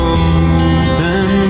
open